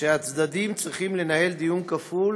שהצדדים צריכים לנהל דיון כפול